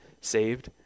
saved